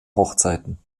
hochzeiten